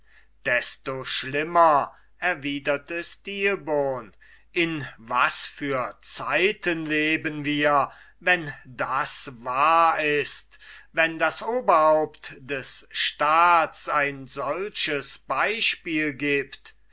desto schlimmer erwiderte stilbon in was für zeiten leben wir wenn das wahr ist wenn das oberhaupt des staats ein solches beispiel gibt